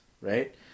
right